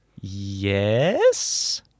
Yes